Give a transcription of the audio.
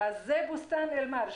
אז זה בוסתן אל-מרג'.